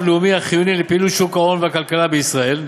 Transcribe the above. לאומי החיוני לפעילות שוק ההון והכלכלה בישראל,